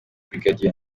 brig